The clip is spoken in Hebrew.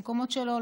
במקומות שלא,